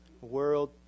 World